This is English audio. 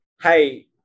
Hey